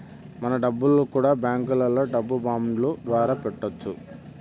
మన డబ్బులు కూడా బ్యాంకులో డబ్బు బాండ్ల ద్వారా పెట్టొచ్చు